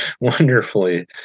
wonderfully